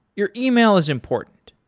your yeah e-mail is important.